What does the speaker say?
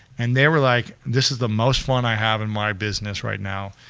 and they were like this is the most fun i have in my business right now.